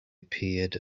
appeared